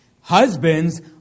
Husbands